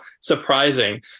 surprising